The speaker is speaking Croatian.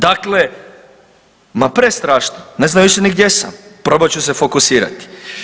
Dakle, ma prestrašno, ne znam više ni gdje sam probat ću se fokusirati.